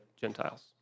Gentiles